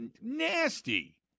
nasty